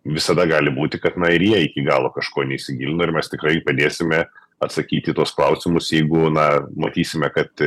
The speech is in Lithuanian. visada gali būti kad na ir jie iki galo kažko neįsigilino ir mes tikrai padėsime atsakyt į tuos klausimus jeigu na matysime kad